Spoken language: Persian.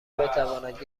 بتواند